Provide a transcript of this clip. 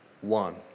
one